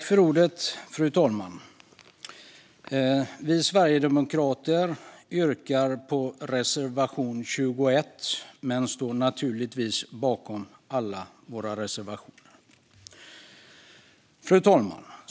Fru talman! Jag yrkar bifall till reservation 21, men vi sverigedemokrater står naturligtvis bakom alla våra reservationer.